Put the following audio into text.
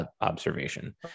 observation